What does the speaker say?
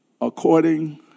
according